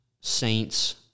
Saints